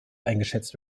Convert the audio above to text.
eingeschätzt